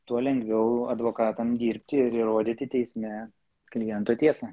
tuo lengviau advokatam dirbti ir įrodyti teisme kliento tiesą